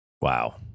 Wow